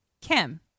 Kim